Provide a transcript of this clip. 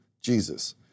Jesus